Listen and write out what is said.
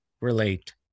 relate